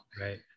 Right